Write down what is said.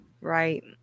Right